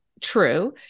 True